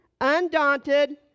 undaunted